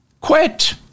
quit